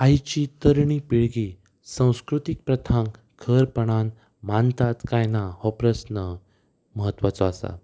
आयची तरणी पिळगी संस्कृतीक प्रथांक घरपणान मानतात काय ना हो प्रस्न म्हत्वाचो आसा